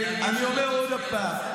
אני אומר עוד פעם.